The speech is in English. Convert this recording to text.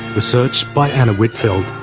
research by anna whitfeld,